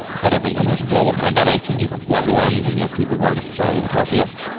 but i think when there's a global pandemic and you have loved ones and you have people who aren't necessarily the healthiest,